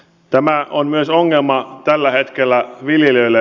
tämä on myös ongelma tällä hetkellä viljelijöille